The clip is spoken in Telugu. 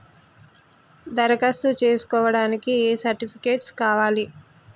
దరఖాస్తు చేస్కోవడానికి ఏ సర్టిఫికేట్స్ కావాలి?